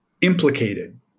implicated